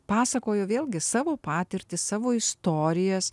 pasakojo vėlgi savo patirtį savo istorijas